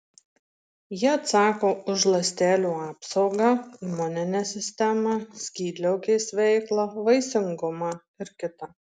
jie atsako už ląstelių apsaugą imuninę sistemą skydliaukės veiklą vaisingumą ir kita